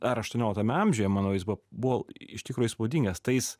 ar aštuonioliktame amžiuje manau jis buvo iš tikro įspūdingas tais